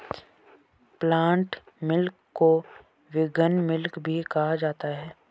plant milk को vegan milk भी कहा जाता है